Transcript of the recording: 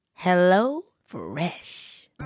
HelloFresh